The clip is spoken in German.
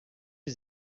die